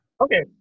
Okay